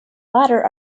latter